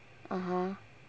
(uh huh)